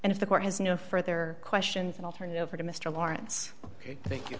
and if the court has no further questions i'll turn it over to mr lawrence ok thank you